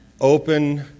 open